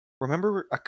Remember